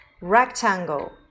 rectangle